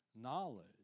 knowledge